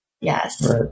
Yes